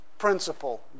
Principle